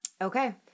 okay